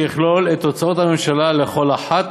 שיכלול את הוצאות הממשלה לכל אחת